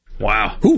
wow